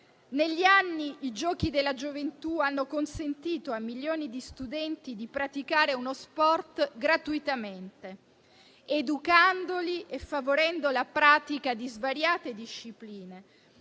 Negli anni, i Giochi della gioventù hanno consentito a milioni di studenti di praticare uno sport gratuitamente, educandoli e favorendo la pratica di svariate discipline,